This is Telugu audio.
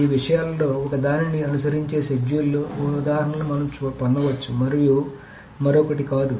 ఈ విషయాలలో ఒకదానిని అనుసరించే షెడ్యూల్ల ఉదాహరణలను మనం పొందవచ్చు మరియు మరొకటి కాదు